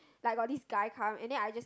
like got this guy come and then I just